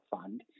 Fund